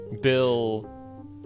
Bill